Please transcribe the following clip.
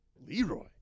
Leroy